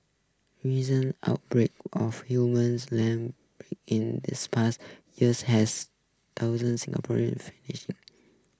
reason outbreaks of humans land in this past years has thousand Singapore